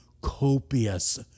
copious